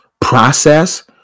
process